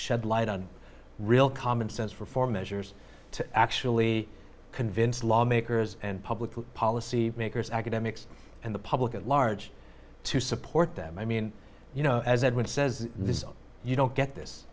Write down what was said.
shed light on real common sense for for measures to actually convince lawmakers and public policy makers academics and the public at large to support them i mean you know as edwin says this is you don't get this